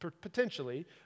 potentially